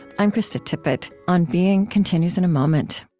i'm krista tippett. on being continues in a moment